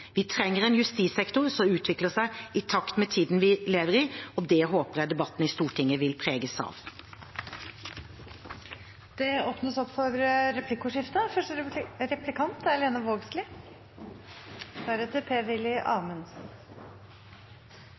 Vi trenger en justissektor som utvikler seg i takt med tiden vi lever i, og det håper jeg at debatten i Stortinget vil preges av. Det blir replikkordskifte.